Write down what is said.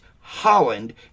Holland